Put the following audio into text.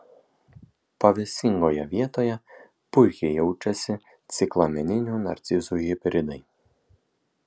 pavėsingoje vietoje puikiai jaučiasi ciklameninių narcizų hibridai